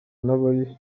n’abari